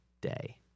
day